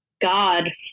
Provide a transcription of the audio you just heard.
God